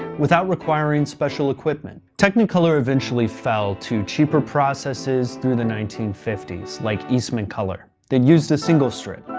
without requiring special equipment. technicolor eventually fell to cheaper processes through the nineteen fifty s, like eastman color, that used a single strip.